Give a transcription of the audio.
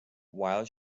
while